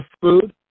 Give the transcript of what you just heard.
food